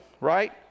right